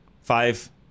five